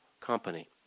company